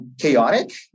chaotic